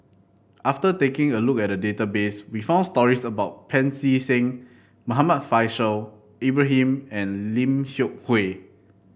after taking a look at database we found stories about Pancy Seng Muhammad Faishal Ibrahim and Lim Seok Hui